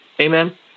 Amen